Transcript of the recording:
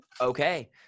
Okay